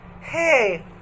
hey